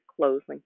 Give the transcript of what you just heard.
closing